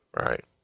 right